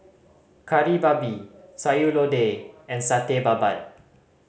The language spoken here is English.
Kari Babi Sayur Lodeh and Satay Babat